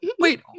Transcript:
Wait